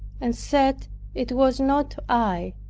and said it was not i.